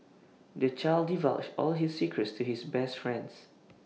the child divulged all his secrets to his best friends